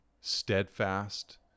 steadfast